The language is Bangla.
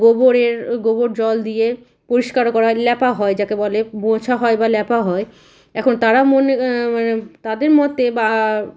গোবরের গোবর জল দিয়ে পরিষ্কার করা হয় ল্যাপা হয় যাকে বলে মোছা হয় বা ল্যাপা হয় এখন তারা মনে মানে তাদের মতে বা